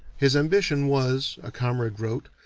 his ambition was, a comrade wrote,